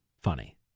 funny